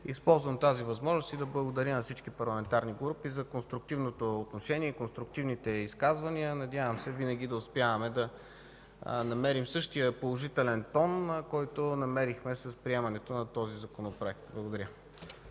Използвам тази възможност, за да благодаря на всички парламентарни групи за конструктивното отношение и конструктивните изказвания. Надявам се винаги да успяваме да намерим същия положителен тон, който намерихме с приемането на този Законопроект. Благодаря.